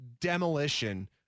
demolition